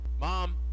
mom